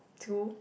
to